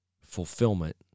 fulfillment